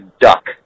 duck